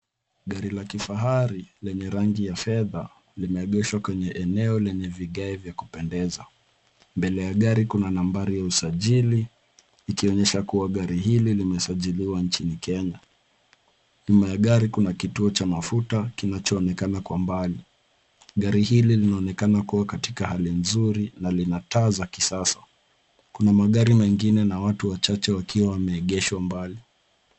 Gari la kifahari lenye rangi ya fedha limeegeshwa kwenye eneo lenye vigae vya kupendeza. Mbele ya gari kuna nambari ya usajili ikionyesha kuwa gari hili limesajiliwa katika nchi ya kenya. Nyuma ya gari kuna kituo cha mafuta kinachoonekana kwa mbali. Gari hili linaonekana kuwa katika hali nzuri na lina taa za kisasa. Kuna magari mengine yaliyoegeshwa mbali na watu wachache.